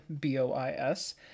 B-O-I-S